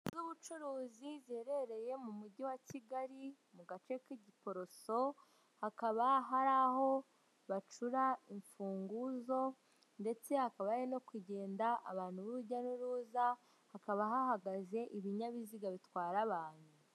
Inzu z'ubucuruzi ziherereye mu mujyi wa Kigali mu gace k'i Giporoso hakaba hari aho bacura imfunguzo, ndetse hakaba no kugenda abantu b'urujya n'uruza, hakaba hahagaze ibinyabiziga bitwara abantu.